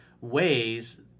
ways